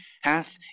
hath